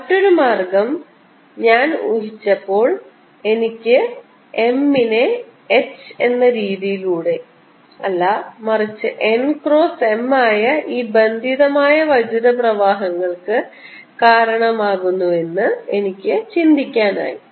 മറ്റൊരു മാർഗ്ഗം ഞാൻ ഊഹിച്ചപ്പോൾ എനിക്ക് m നെ h എന്ന രീതിയിലൂടെ അല്ല മറിച്ച് n ക്രോസ് m ആയ ഈ ബന്ധിതമായ വൈദ്യുത പ്രവാഹങ്ങൾക്ക് കാരണമാകുമെന്ന് എനിക്ക് ചിന്തിക്കാമായിരുന്നു